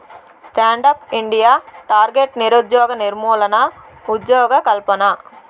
stand up India target నిరుద్యోగ నిర్మూలన, ఉజ్జోగకల్పన